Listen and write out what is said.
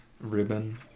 ribbon